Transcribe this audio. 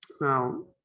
now